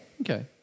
Okay